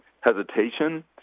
hesitation